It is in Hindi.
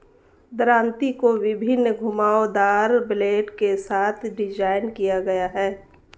दरांती को विभिन्न घुमावदार ब्लेड के साथ डिज़ाइन किया गया है